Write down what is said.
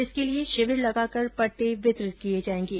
इसके लिए शिविर लगाकर पट्टे वितरित किए जाएंगे